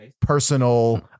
personal